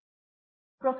professor